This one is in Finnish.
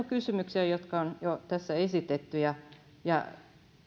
kysymyksiä jotka on jo tässä esitetty ja